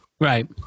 right